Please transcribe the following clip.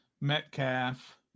Metcalf